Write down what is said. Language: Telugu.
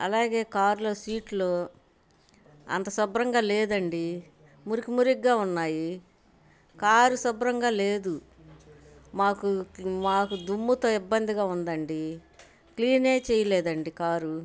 అలాగే కార్లో సీట్లు అంత శుభ్రంగా లేదండీ మురికి మురికిగా ఉన్నాయి కారు శుభ్రంగా లేదు మాకు మాకు దుమ్ముతో ఇబ్బందిగా ఉందండి క్లీనే చేయలేదండి కారు